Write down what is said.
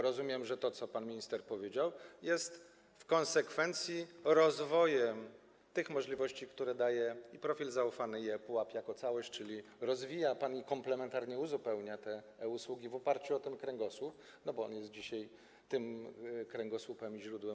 Rozumiem, że to, co pan minister powiedział, jest w konsekwencji rozwojem możliwości, które daje i profil zaufany, i ePUAP jako całość, czyli rozwija pan i komplementarnie uzupełnia te usługi w oparciu o ten kręgosłup, bo jest on dzisiaj właśnie tym kręgosłupem, źródłem.